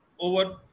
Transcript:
over